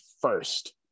first